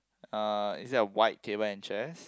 uh is there a white table and chairs